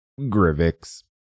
Grivix